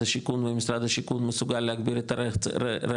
השיכון ומשרד השיכון מסוגל להגביר את הרכש,